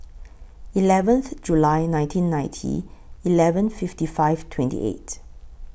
eleventh July nineteen ninety eleven fifty five twenty eight